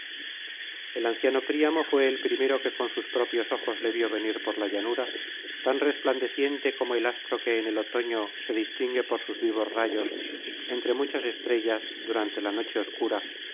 el anciano príamo fué el primero que con sus propios ojos le vio venir por la llanura tan resplandeciente como el astro que ein el otoño se distingue por sus vivos rayos entre muchas estrellas durante la noche obscura